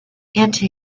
into